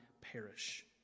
perish